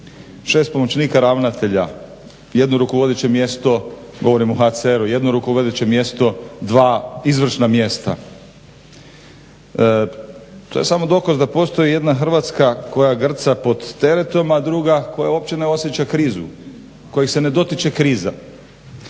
6 pomoćnika ravnatelja, jedno rukovodeće mjesto govorim o HCR-u, jedno rukovodeće mjesto, dva izvršna mjesta. To je samo dokaz da postoji jedna Hrvatska koja grca pod teretom a druga koja uopće ne osjeća krizu, kojih se ne dotiče kriza.